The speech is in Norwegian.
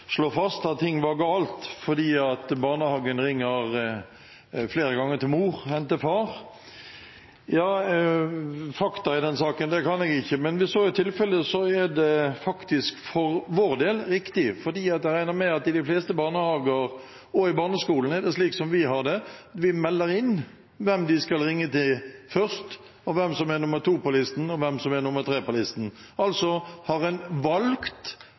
slå fast at noe var galt fordi barnehagen ringer flere ganger til mor enn til far. Fakta i den saken kan jeg ikke, men hvis så er tilfellet, er det for vår del riktig, for jeg regner med at i de fleste barnehager og i barneskolen er det slik som vi har det: Vi melder inn hvem de skal ringe til først, hvem som er nr. 2 på listen, og hvem som er nr. 3. En har altså